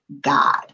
God